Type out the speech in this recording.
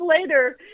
later